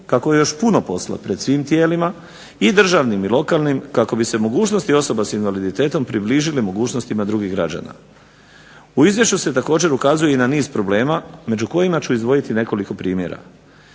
kako je još puno posla pred svim tijelima i državnim i lokalnim kako bi se mogućnosti osoba s invaliditetom približile mogućnostima drugih građana. U izvješću se također ukazuje i na niz problema među kojima ću izdvojiti nekoliko primjera.